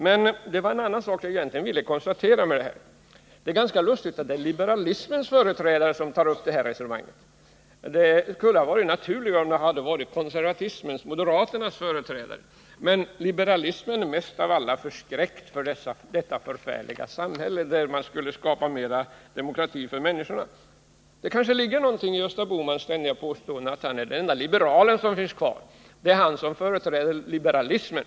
Men det var egentligen en annan sak jag ville konstatera med detta. Det är ganska lustigt att det är liberalismens företrädare som tar upp ett sådant här resonemang. Det hade varit naturligare om det varit konservatismens, moderaternas, företrädare som gjort det. Men liberalismen är tydligen mest av alla förskräckt för detta förfärliga samhälle, där man skulle skapa mer demokrati för människorna. Det kanske ligger någonting i Gösta Bohmans ständiga påstående att han är den ende liberal som finns kvar — det är han som företräder liberalismen.